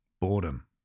boredom